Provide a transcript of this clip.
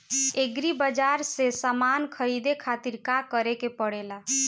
Agri बाज़ार से समान ख़रीदे खातिर का करे के पड़ेला?